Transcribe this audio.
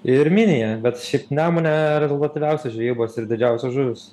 ir minija bet šiaip nemune rezultatyviausios žvejybos ir didžiausios žuvys